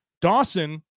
Dawson